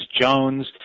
Jones